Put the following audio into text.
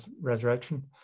resurrection